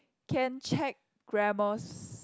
can check grammars